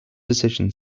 decision